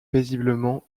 paisiblement